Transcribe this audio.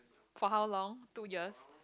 for how long two years